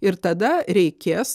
ir tada reikės